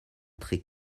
trait